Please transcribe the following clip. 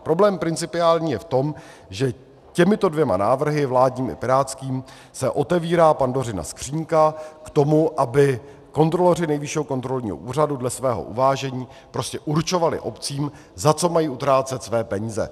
Problém principiální je v tom, že těmito dvěma návrhy, vládním i pirátským, se otevírá Pandořina skříňka k tomu, aby kontroloři Nejvyššího kontrolního úřadu dle svého uvážení prostě určovali obcím, za co mají utrácet své peníze.